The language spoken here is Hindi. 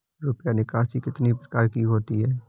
रुपया निकासी कितनी प्रकार की होती है?